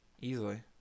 Easily